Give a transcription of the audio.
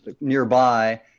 nearby